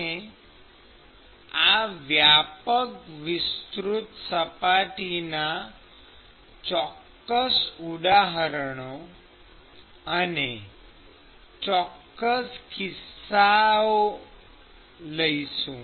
આપણે આ વ્યાપક વિસ્તૃત સપાટીના ચોક્કસ ઉદાહરણો અને ચોક્કસ કિસ્સાઓ લઈશું